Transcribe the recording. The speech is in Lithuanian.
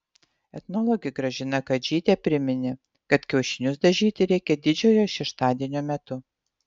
etnologė gražina kadžytė priminė kad kiaušinius dažyti reikia didžiojo šeštadienio metu